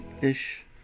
ish